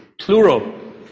plural